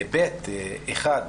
(ב)(1)